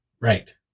Right